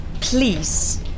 Please